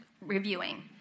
reviewing